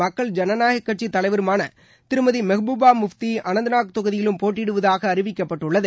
மக்கள் ஜனநாயகக் கட்சித் தலைவருமான திருமதி மெஹ்பூபா முஃப்தி அனந்த்நாக் தொகுதியிலும் போட்டியிடுவதாக அறிவிக்கப்பட்டுள்ளது